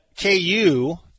KU